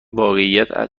واقعیت